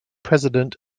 president